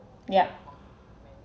yeah